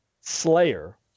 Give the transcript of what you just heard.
Slayer